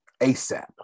ASAP